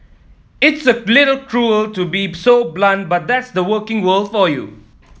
it's a little cruel to be so blunt but that's the working world for you